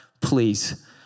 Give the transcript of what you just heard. please